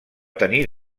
tenir